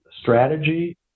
strategy